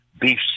beef